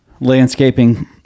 Landscaping